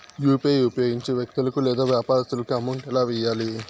UPI ఉపయోగించి వ్యక్తులకు లేదా వ్యాపారస్తులకు అమౌంట్ ఎలా వెయ్యాలి